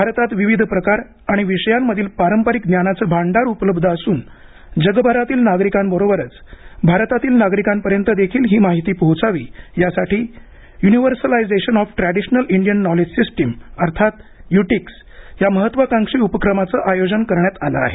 भारतात विविध प्रकार आणि विषयांमधील पारंपरिक ज्ञानाचं भांडार उपलब्ध असून जगभरातील नागरिकांबरोबरच भारतातील नागरिकांपर्यंत देखील ही माहिती पोहचावी यासाठी universalisation of traditional Indian knowledge system अर्थात युटिक्स या महत्त्वाकांक्षी उपक्रमाचे आयोजन करण्यात आलं आहे